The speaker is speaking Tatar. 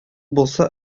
булса